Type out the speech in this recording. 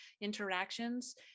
interactions –